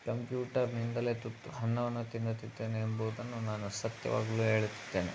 ಕಂಪ್ಯೂಟರ್ನಿಂದಲೇ ತುತ್ತು ಅನ್ನವನ್ನು ತಿನ್ನುತ್ತಿದ್ದೇನೆ ಎಂಬುದನ್ನು ನಾನು ಸತ್ಯವಾಗಲೂ ಹೇಳುತ್ತಿದ್ದೇನೆ